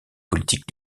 politique